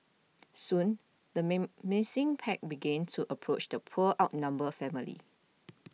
soon the pack began to approach the poor outnumbered family